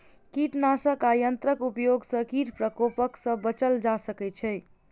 कीटनाशक आ यंत्रक उपयोग सॅ कीट प्रकोप सॅ बचल जा सकै छै